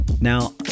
Now